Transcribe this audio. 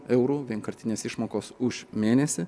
eurų vienkartinės išmokos už mėnesį